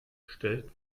stellt